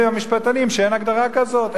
אבל אומרים לי המשפטנים שאין הגדרה כזאת,